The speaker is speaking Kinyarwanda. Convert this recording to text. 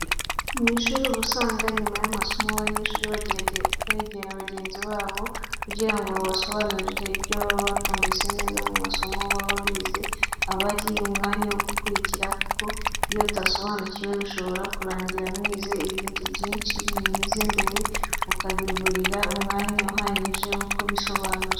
Mu ishuri uba usanga nyuma y'amasomo abanyeshuri begera bagenzi babo kugira ngo babasobanurire ibyo baba batumvise neza mu isomo baba bize, aba ari umwanya wo gukurikira, kuko iyo utabisobanukiwe bishobora kurangira mwize ibindi byinshi bimwe, mwize mbere ukabiburira umwanya uhagije wo kubisobanuza.